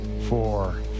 four